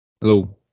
Hello